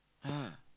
right